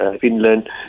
finland